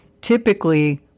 Typically